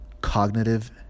cognitive